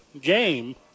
game